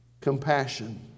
compassion